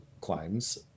claims